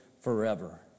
forever